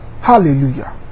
Hallelujah